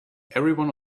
everyone